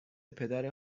پدر